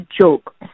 joke